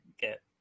get